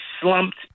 slumped